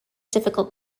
difficult